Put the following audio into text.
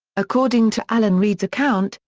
according to alan reid's account,